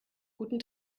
guten